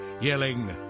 yelling